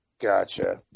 Gotcha